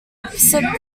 opposite